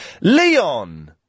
Leon